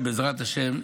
שבעזרת השם,